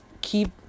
keep